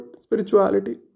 spirituality